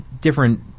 different